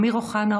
אמיר אוחנה,